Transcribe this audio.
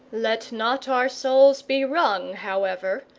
let not our souls be wrung, however,